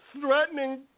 threatening